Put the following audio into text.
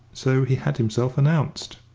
so he had himself announced.